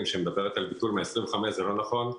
שדיבר על ביטול מ-25 בפברואר זה לא נכון,